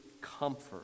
comfort